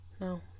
No